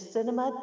Cinema